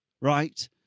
right